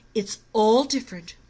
it's all different.